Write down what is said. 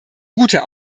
guter